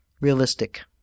Realistic